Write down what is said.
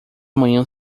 amanhã